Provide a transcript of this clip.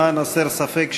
למען הסר ספק,